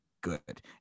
Good